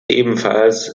ebenfalls